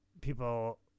people